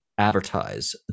advertise